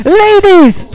ladies